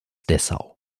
dessau